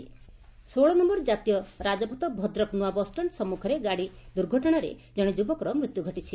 ଦୁର୍ଘଟଣା ଷୋହଳ ନୟର ଜାତୀୟ ରାଜପଥ ଭଦ୍ରକ ନୂଆ ବସ୍ଷ୍ଟାଣ୍ ସମ୍ମୁଖରେ ଏକ ଗାଡ଼ି ଦୁର୍ଘଟଣାରେ ଜଣେ ଯୁବକର ମୃତ୍ଧୁ ଘଟିଛି